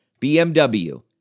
BMW